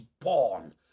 born